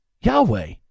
Yahweh